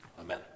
Amen